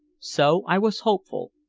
so i was hopeful,